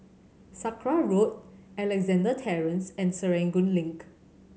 Sakra Road Alexandra Terrace and Serangoon Link